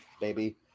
baby